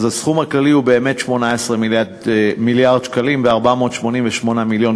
אז הסכום הכללי הוא באמת 18 מיליארד שקלים ו-488 מיליון,